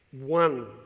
one